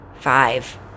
Five